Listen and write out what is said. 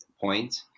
point